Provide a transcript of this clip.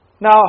Now